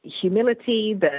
humility